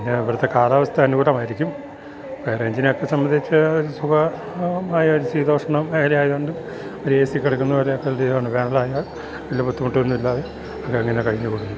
പിന്നെ ഇവിടുത്തെ കാലാവസ്ഥ അനുകൂലമായിരിക്കും ഹൈ റേഞ്ചിനൊക്കെ സംബന്ധിച്ച് സുഖ മായ ഒരു ശീദോഷണം മേഖലയായത് കൊണ്ട് ഒരു എ സി കിടക്കുന്ന പോലെ ഹൃദീയമാണ് വേനലായ വലിയ ബുദ്ധിമുട്ടൊന്നും ഇല്ലാതെ അത് അങ്ങനെ കഴിഞ്ഞു കൂടുന്നു